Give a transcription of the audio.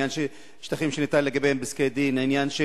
עניין של